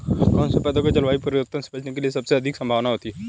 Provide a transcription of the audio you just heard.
कौन से पौधे को जलवायु परिवर्तन से बचने की सबसे अधिक संभावना होती है?